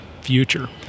future